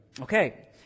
Okay